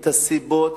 את הסיבות